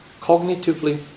cognitively